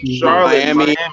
Miami